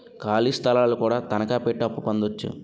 ఖాళీ స్థలాలు కూడా తనకాపెట్టి అప్పు పొందొచ్చు